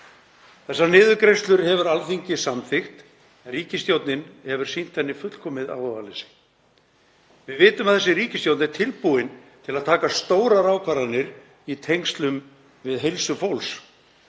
Þessa niðurgreiðslu hefur Alþingi samþykkt en ríkisstjórnin hefur sýnt henni fullkomið áhugaleysi. Við vitum að þessi ríkisstjórn er tilbúin til að taka stórar ákvarðanir í tengslum við heilsu fólks.